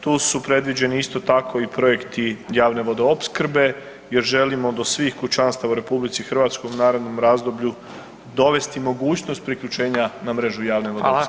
Tu su predviđeni isto tako i projekti javne vodoopskrbe jer želimo do svih kućanstava u RH u narednom razdoblju dovesti mogućnost priključenja na mrežu javne vodoopskrbe.